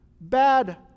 bad